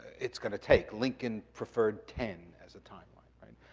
it's gonna take. lincoln preferred ten as a timeline.